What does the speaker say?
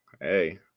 hey